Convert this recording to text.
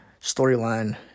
storyline